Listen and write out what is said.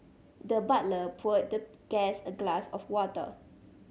the butler poured the guest a glass of water